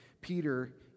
Peter